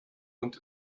und